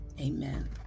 amen